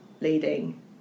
leading